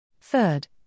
Third